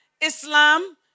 Islam